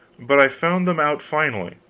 but i found them out finally.